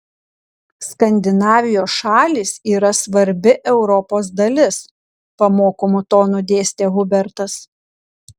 skandinavijos šalys yra svarbi europos dalis pamokomu tonu dėstė hubertas